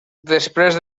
després